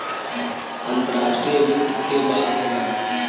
अंतराष्ट्रीय वित्त के बात होला